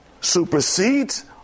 supersedes